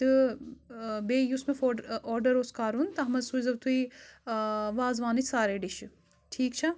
تہٕ بیٚیہِ یُس مےٚ فُڈ آڈَر اوس کَرُن تَتھ منٛز سوٗزۍزیو تُہۍ وازوانٕچ سارے ڈِشہِ ٹھیٖک چھا